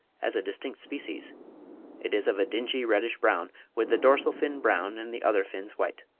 as a distinct species it is of a dingy reddish-brown, with the dorsal fin brown and the other fins white